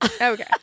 Okay